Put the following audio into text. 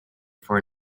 for